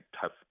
tough